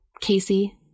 Casey